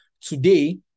today